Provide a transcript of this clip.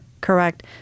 Correct